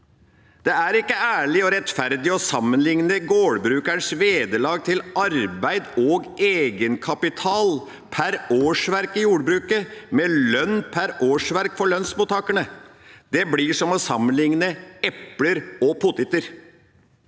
Det er ikke ærlig og rettferdig å sammenligne gårdbrukernes vederlag til arbeid og egenkapital per årsverk i jordbruket med lønn per årsverk for lønnsmottakerne. Det blir som å sammenligne epler og poteter.